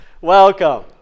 Welcome